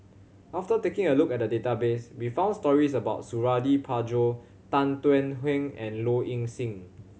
after taking a look at the database we found stories about Suradi Parjo Tan Thuan Heng and Low Ing Sing